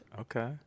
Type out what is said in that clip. Okay